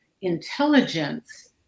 intelligence